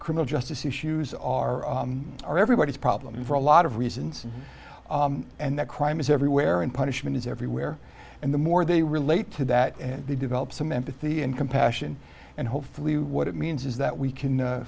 criminal justice issues are are everybody's problem for a lot of reasons and that crime is everywhere and punishment is everywhere and the more they relate to that and they develop some empathy and compassion and hopefully what it means is that we can